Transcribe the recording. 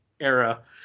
era